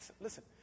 Listen